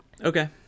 okay